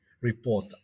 report